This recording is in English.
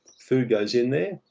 food goes in there,